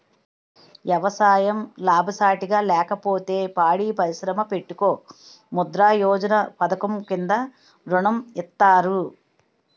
ఎవసాయం లాభసాటిగా లేకపోతే పాడి పరిశ్రమ పెట్టుకో ముద్రా యోజన పధకము కింద ఋణం ఇత్తారు